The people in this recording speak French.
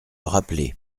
rappeler